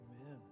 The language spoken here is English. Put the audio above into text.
Amen